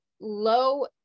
low